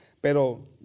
Pero